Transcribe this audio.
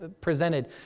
presented